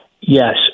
Yes